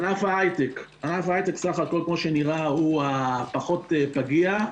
ענף ההייטק בסך הכל כמו שנראה הוא הפחות פגיע.